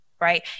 right